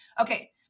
Okay